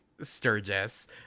Sturgis